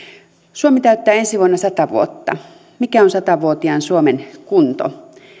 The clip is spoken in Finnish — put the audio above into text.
suomi täyttää ensi vuonna sata vuotta mikä on sata vuotiaan suomen kunto